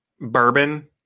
bourbon